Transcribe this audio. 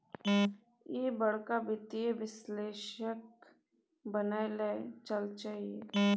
ईह बड़का वित्तीय विश्लेषक बनय लए चललै ये